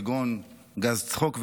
כגון גז צחוק וכדומה,